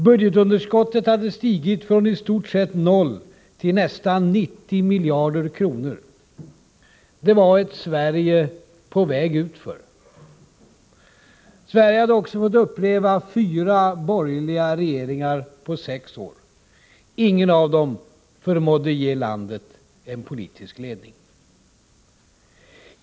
Budgetunderskottet hade stigit från istort sett noll till nästan 90 miljarder kronor. Det var ett Sverige på väg utför. Sverige hade också fått uppleva fyra borgerliga regeringar på sex år. Ingen av dem förmådde ge landet en politisk ledning.